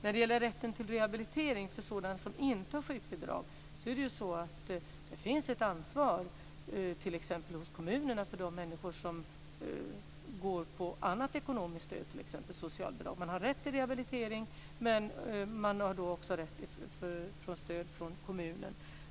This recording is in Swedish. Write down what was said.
När det gäller rätten till rehabilitering för personer som inte har sjukbidrag finns det ett ansvar t.ex. hos kommunerna för de människor som får annat ekonomiskt stöd, t.ex. socialbidrag. De har rätt till rehabilitering, men de har också rätt till stöd från kommunen.